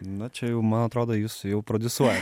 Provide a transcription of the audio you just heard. na čia jau man atrodo jūs jau prodiusuojat